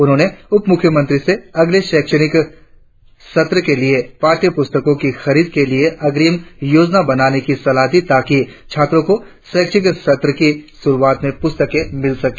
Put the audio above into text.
उन्होंने उप मुख्यमंत्री से अगले शैक्षिक सत्र के लिए पाठ्यपुस्तकों की खरीद के लिए अग्रिम योजना बनाने की सलाह दी ताकि छात्रों को अपने अकादमिक सत्र की पारुआत में पस्तके मिल सके